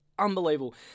Unbelievable